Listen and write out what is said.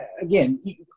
again